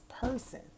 person